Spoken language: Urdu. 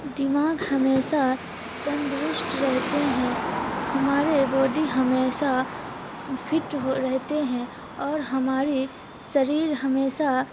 دماغ ہمیشہ تندرست رہتے ہیں ہمارے باڈی ہمیشہ فٹ ہو رہتے ہیں اور ہماری سریر ہمیشہ